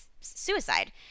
suicide